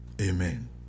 Amen